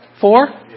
Four